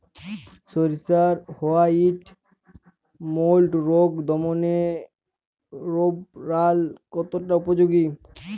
সরিষার white mould রোগ দমনে রোভরাল কতটা উপযোগী?